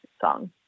song